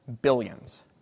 billions